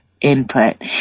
input